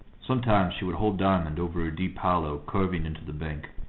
sometimes she would hold diamond over a deep hollow curving into the bank,